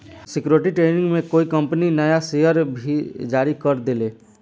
security training में कोई company नया शेयर भी जारी कर देले